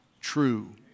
true